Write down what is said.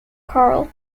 corral